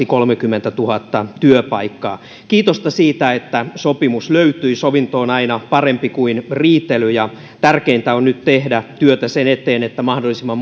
kolmekymmentätuhatta työpaikkaa kiitosta siitä että sopimus löytyi sovinto on aina parempi kuin riitely tärkeintä on nyt tehdä työtä sen eteen että mahdollisimman